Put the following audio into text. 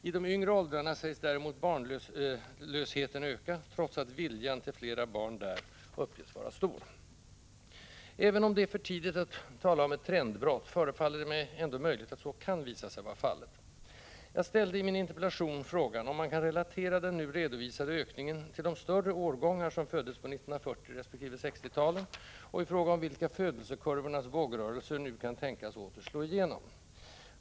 I de yngre åldrarna sägs däremot barnlösheten öka, trots att viljan till flera barn där uppges vara stor. Även om det är för tidigt att tala om ett trendbrott förefaller det ändå möjligt att så kan visa sig vara fallet. Jag ställde i min interpellation frågan om man kan relatera den nu redovisade ökningen till de större årgångar som föddes på 1940 resp. 1960-talen och i fråga om vilka födelsekurvornas vågrörelser nu kan tänkas åter slå igenom.